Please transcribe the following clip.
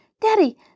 Daddy